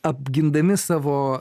apgindami savo